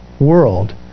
world